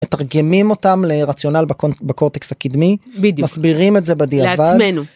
מתרגמים אותם לרציונל בקורטקס הקדמי.. בדיוק. מסבירים את זה בדיעבד.. לעצמנו